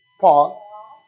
Paul